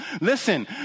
listen